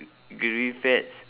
gravy fats